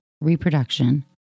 reproduction